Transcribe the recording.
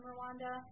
Rwanda